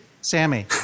Sammy